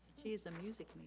she's a music and